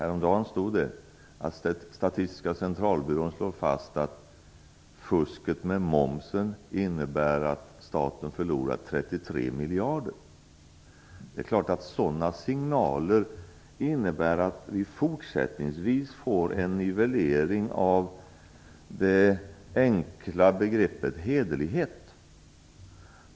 Häromdagen stod det att Statistiska centralbyrån slår fast att fusket med momsen innebär att staten förlorar 33 miljarder. Det är klart att sådana signaler innebär att vi fortsättningsvis får en nivellering av det enkla begreppet hederlighet.